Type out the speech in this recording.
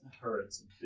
hurts